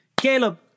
Caleb